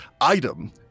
item